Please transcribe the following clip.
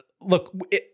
Look